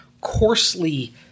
coarsely